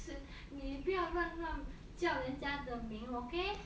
你不要乱乱叫人家的名 okay